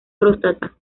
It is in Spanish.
próstata